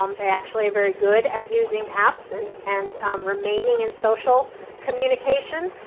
um they actually are very good at using apps and and um remaining in social communication,